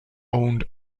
owned